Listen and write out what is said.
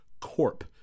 corp